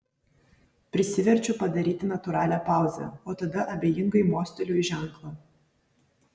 prisiverčiu padaryti natūralią pauzę o tada abejingai mosteliu į ženklą